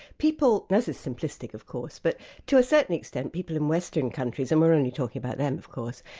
people this is simplistic of course but to a certain extent, people in western countries, and we're only talking about them, of course,